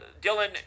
Dylan